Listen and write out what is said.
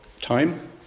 time